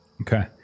Okay